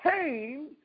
Pain